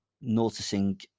noticing